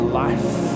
life